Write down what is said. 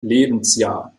lebensjahr